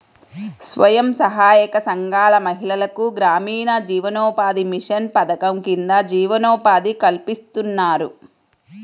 స్వయం సహాయక సంఘాల మహిళలకు గ్రామీణ జీవనోపాధి మిషన్ పథకం కింద జీవనోపాధి కల్పిస్తున్నారు